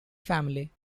family